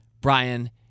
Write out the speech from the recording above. Brian